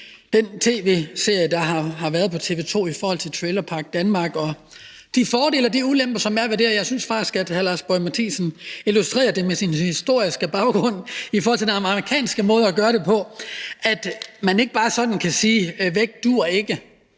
det tv-program, der har været på TV 2, »Trailerpark Danmark«, og de fordele og ulemper, der er her. Og jeg synes faktisk, at hr. Lars Boje Mathiesen illustrerede det godt med sin historiske baggrund i forhold til den amerikanske måde at gøre det på, altså at man ikke bare sådan kan sige: Væk, duer ikke.